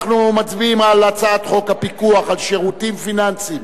אנחנו מצביעים על הצעת חוק הפיקוח על שירותים פיננסיים